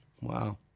wow